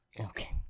Okay